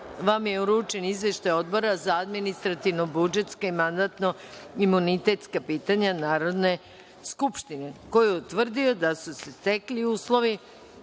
vam je uručen Izveštaj Odbora za administrativno-budžetska i mandatno-imunitetska pitanja Narodne skupštine, koji je utvrdio da su se stekli uslovi